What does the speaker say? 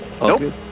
Nope